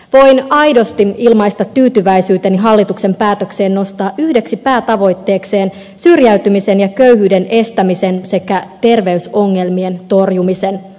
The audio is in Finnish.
voin aidosti ilmaista tyytyväisyyteni hallituksen päätökseen nostaa yhdeksi päätavoitteekseen syrjäytymisen ja köyhyyden estämisen sekä terveysongelmien torjumisen